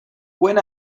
when